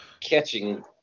catching